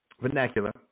vernacular